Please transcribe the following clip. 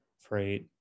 freight